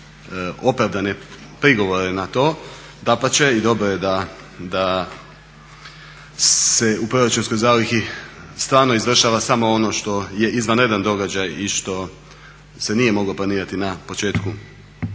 ima opravdane prigovore na to. Dapače i dobro je da se u proračunskoj zalihi stvarno izvršava samo ono što je izvanredan događaj i što se nije moglo planirati na početku